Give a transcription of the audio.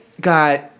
got